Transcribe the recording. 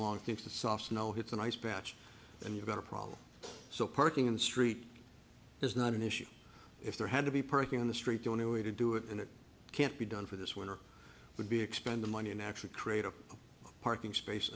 along into the soft snow hits an ice patch and you've got a problem so parking in the street is not an issue if there had to be parking on the street the only way to do it and it can't be done for this winter would be expend the money and actually create a parking space